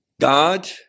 God